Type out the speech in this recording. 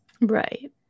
Right